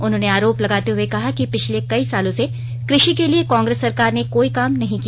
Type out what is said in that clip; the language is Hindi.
उन्होंने आरोप लगाते हुए कहा कि पिछले कई सालों से कृषि के लिए कांग्रेस सरकार ने कोई काम नहीं किया